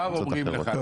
הם באמת עובדים קשה,